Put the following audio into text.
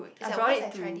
it's like once I tried it